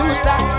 stop